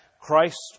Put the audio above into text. Christ